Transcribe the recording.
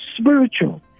spiritual